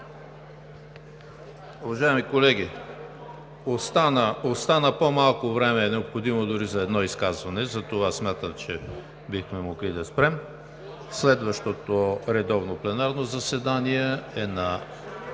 Уважаеми колеги, остана по-малко време, отколкото дори за едно изказване. Смятам, че бихме могли да спрем. Следващото редовно пленарно заседание е на